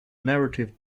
narrative